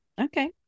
Okay